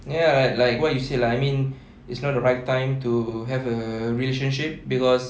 ya like like what you said lah I mean it's not the right time to have a relationship cause